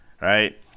Right